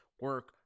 work